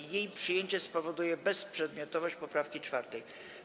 J ej przyjęcie spowoduje bezprzedmiotowość poprawki 4.